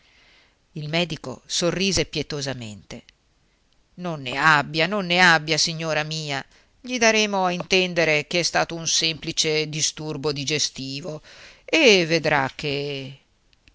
il medico sorrise pietosamente non ne abbia non ne abbia signora mia gli daremo a intendere che è stato un semplice disturbo digestivo e vedrà che